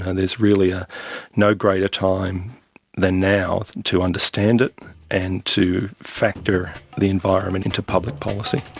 and there's really ah no greater time than now to understand it and to factor the environment into public policy.